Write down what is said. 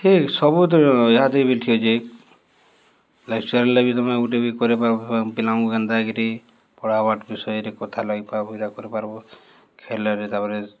ଠିକ୍ ସବୁ ତ ଏହାଦେ ବି ଠିକ୍ ଅଛେ ଲେକ୍ଚର୍ ଲାଗି ବି ତମେ ଗୁଟେ ବି କରେଇପାର୍ବ ପିଲାମାନ୍କୁ କେନ୍ତା କିିରି ପଢ଼ା ପାଠ୍ ବିଷୟରେ କଥା ଲାଗି ପାର୍ବ ଇଟା କରିପାର୍ବ ଖେଲରେ ତାପରେ